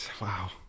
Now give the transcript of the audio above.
Wow